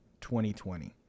2020